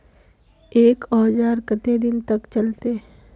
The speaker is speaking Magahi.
एक औजार केते दिन तक चलते?